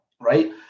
Right